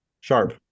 Sharp